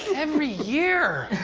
every year.